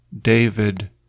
David